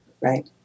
right